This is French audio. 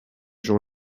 gens